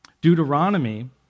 Deuteronomy